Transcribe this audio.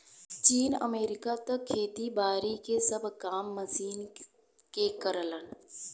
चीन, अमेरिका त खेती बारी के सब काम मशीन के करलन